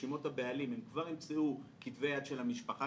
ברשימות הבעלים הם כבר ימצאו כתבי יד של המשפחה